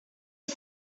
are